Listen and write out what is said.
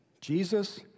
Jesus